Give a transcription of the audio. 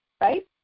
right